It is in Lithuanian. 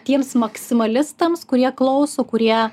tiems maksimalistams kurie klauso kurie